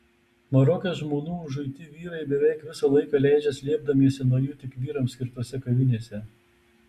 maroke žmonų užuiti vyrai beveik visą laiką leidžia slėpdamiesi nuo jų tik vyrams skirtose kavinėse